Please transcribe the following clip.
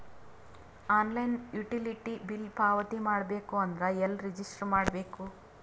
Online utility bill ಪಾವತಿ ಮಾಡಬೇಕು ಅಂದ್ರ ಎಲ್ಲ ರಜಿಸ್ಟರ್ ಮಾಡ್ಬೇಕು?